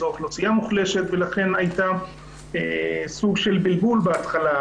זאת אוכלוסייה מוחלשת ולכן היה סוג של בלבול בהתחלה,